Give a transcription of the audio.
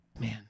man